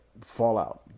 Fallout